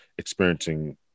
experiencing